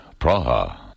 Praha